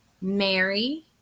Mary